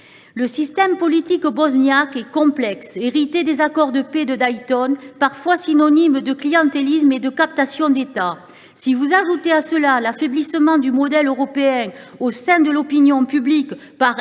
Le système politique bosniaque est complexe, hérité des accords de paix de Dayton, parfois synonyme de clientélisme et de captation d’État. Ajoutez à cela l’affaiblissement du modèle européen au sein de l’opinion publique